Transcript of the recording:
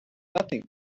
nothing